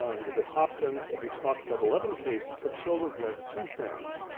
he was at hopkins and he talked about eleven cases of children who had two things,